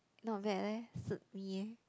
not bad leh suit me eh